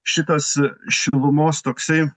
šitas šilumos toksai